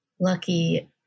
lucky